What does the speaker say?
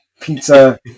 pizza